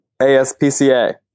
ASPCA